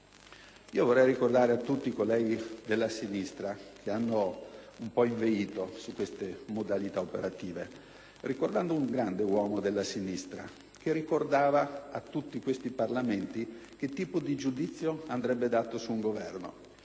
Vorrei ricordare a tutti colleghi della sinistra, che hanno un po' inveito su tali modalità operative, un grande uomo della sinistra, che ricordava al Parlamento che tipo di giudizio andrebbe dato su un Governo: